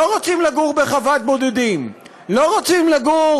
לא רוצים לגור